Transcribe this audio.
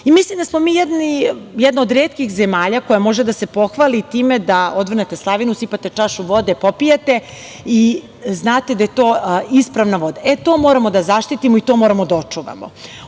vodu. Mislim da smo mi jedna od retkih zemalja koja može da se pohvali time da možete da odvrnete slavinu, sipate čašu vode, popijete i znate da je to ispravna voda. To moramo da zaštitimo i to moramo da očuvamo. Ono